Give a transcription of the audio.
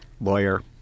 lawyer